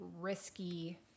risky